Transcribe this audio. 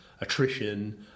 attrition